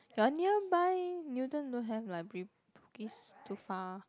you're nearby Newton don't have library Bugis too far